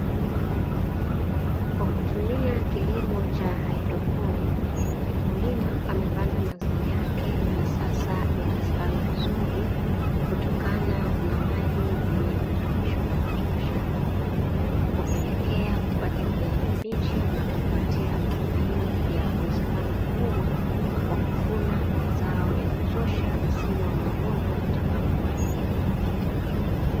Kwa kutumia kilimo cha haidroponi mkulima amepanda mazao yake, na sasa yanastawi vizuri kutokana na maji yenye virutubisho ya kutosha kupelekea kupata kijani kibichi, na kumpatia matumaini ya uwezekano mkubwa wa kuvuna mazao ya kutosha misimu wa mavuno utakapowadia.